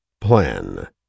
plan